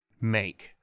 make